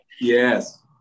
Yes